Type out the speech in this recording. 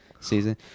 season